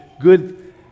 good